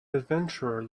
adventurer